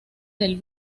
del